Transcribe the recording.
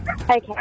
Okay